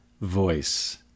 voice